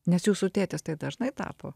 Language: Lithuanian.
nes jūsų tėtis tai dažnai tapo